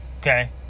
Okay